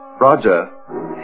Roger